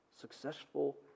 successful